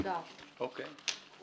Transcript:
אוקיי.